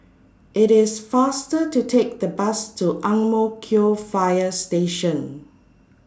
IT IS faster to Take The Bus to Ang Mo Kio Fire Station